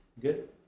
Good